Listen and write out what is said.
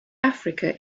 africa